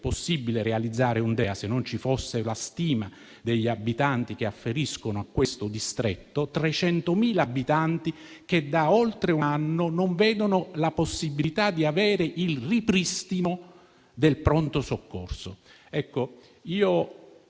possibile realizzare un DEA, se non ci fosse la stima degli abitanti che afferiscono a questo distretto: 300.000 abitanti da oltre un anno non vedono la possibilità di avere il ripristino del pronto soccorso. Offro